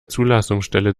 zulassungsstelle